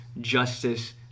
justice